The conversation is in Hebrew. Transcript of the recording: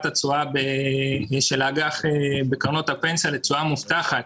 התשואה של אג"ח בקרנות הפנסיה לתשואה מובטחת.